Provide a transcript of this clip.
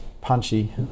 Punchy